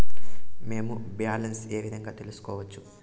మేము బ్యాలెన్స్ ఏ విధంగా తెలుసుకోవచ్చు?